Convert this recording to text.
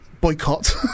Boycott